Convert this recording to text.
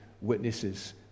witnesses